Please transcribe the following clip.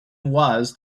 was